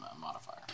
modifier